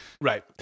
right